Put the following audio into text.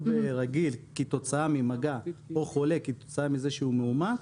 רגיל כתוצאה ממגע או חולה כתוצאה מזה שהוא מאומת,